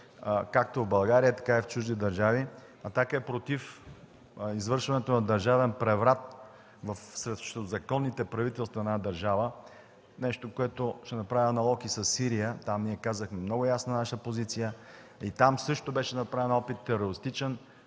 както в България, така и в чужди държави. „Атака” е против извършването на държавен преврат срещу законните правителства на една държава – ще направя аналог и със Сирия. Там ние казахме много ясно нашата позиция. Там също беше направен терористичен